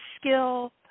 skill